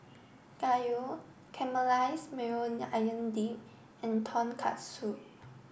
Gyros Caramelize Maui Onion Dip and Tonkatsu